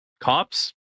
Cops